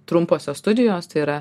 trumposios studijos tai yra